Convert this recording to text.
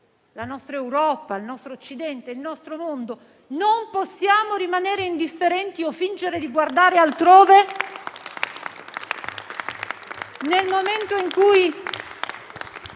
la nostra Europa, il nostro Occidente, il nostro mondo. Non possiamo rimanere indifferenti o fingere di guardare altrove, nel momento in cui